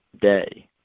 day